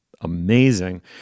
amazing